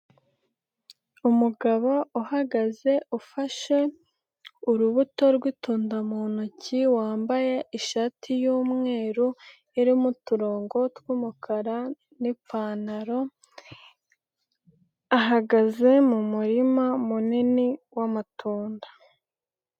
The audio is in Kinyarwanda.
Umugabo uhagaze ufashe urubuto rw'itunda mu ntoki, wambaye ishati y'umweru irimo uturongo twumukara n'ipantaro ahagaze mu murima munini w'amatunda.